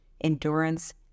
endurance